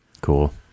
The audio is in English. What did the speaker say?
Cool